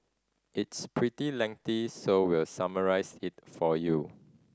it's pretty so we summarised it for you